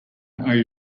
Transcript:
are